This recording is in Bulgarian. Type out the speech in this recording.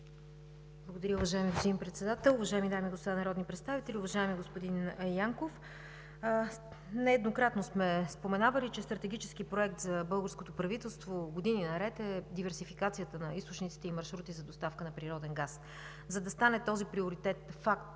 Благодаря. Уважаеми господин Председател, уважаеми дами и господа народни представители, уважаеми господин Янков! Нееднократно сме споменавали, че стратегически проект за българското правителство години наред е диверсификацията на източниците и маршрути за доставка на природен газ. За да стане този приоритет факт